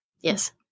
Yes